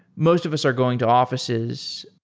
most of us are going to offi ces,